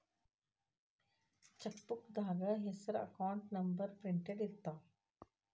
ಚೆಕ್ಬೂಕ್ದಾಗ ಹೆಸರ account number printed ಇರ್ತಾವ